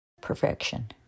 perfection